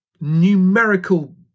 numerical